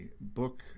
book